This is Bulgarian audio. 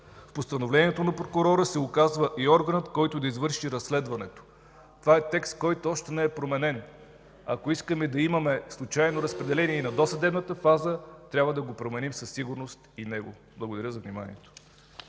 1, постановлението на прокурора се оказва и органът, който да извърши разследването. Това е текст, който още не е променен. Ако искаме да имаме случайно разпределение и в досъдебната фаза, трябва да го променим със сигурност. Благодаря за вниманието.